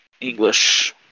English